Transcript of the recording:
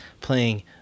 playing